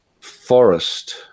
forest